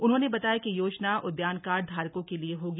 उन्होंने बताया कि यह योजना उद्यान कार्ड धारकों के लिये होगी